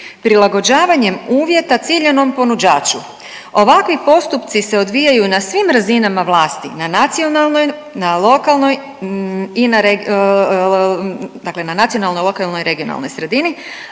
prilagođavanjem uvjeta ciljanom ponuđaču. Ovakvi postupci se odvijaju na svim razinama vlasti na nacionalnoj, na lokalnoj i na, dakle